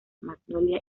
magnolia